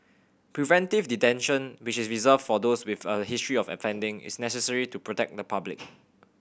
preventive detention which is reserved for those with a history of offending is necessary to protect the public